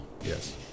Yes